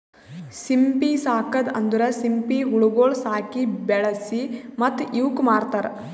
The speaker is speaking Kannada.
ಸಿಂಪಿ ಸಾಕದ್ ಅಂದುರ್ ಸಿಂಪಿ ಹುಳಗೊಳ್ ಸಾಕಿ, ಬೆಳಿಸಿ ಮತ್ತ ಇವುಕ್ ಮಾರ್ತಾರ್